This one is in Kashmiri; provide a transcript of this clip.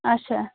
اچھا